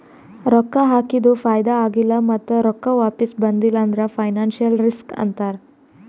ರೊಕ್ಕಾ ಹಾಕಿದು ಫೈದಾ ಆಗಿಲ್ಲ ಮತ್ತ ರೊಕ್ಕಾ ವಾಪಿಸ್ ಬಂದಿಲ್ಲ ಅಂದುರ್ ಫೈನಾನ್ಸಿಯಲ್ ರಿಸ್ಕ್ ಅಂತಾರ್